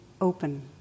open